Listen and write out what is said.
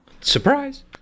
surprise